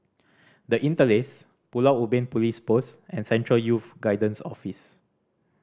The Interlace Pulau Ubin Police Post and Central Youth Guidance Office